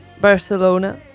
Barcelona